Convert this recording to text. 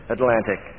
Atlantic